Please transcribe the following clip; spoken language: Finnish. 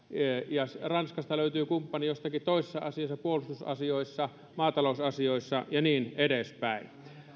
ja ranskasta löytyy kumppani jossakin toisessa asiassa puolustusasioissa maatalousasioissa ja niin edespäin